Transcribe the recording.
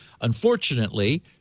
unfortunately